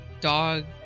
dog